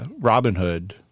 Robinhood